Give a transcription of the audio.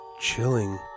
Chilling